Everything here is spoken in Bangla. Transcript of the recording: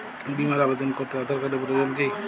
বিমার আবেদন করতে আধার কার্ডের প্রয়োজন কি?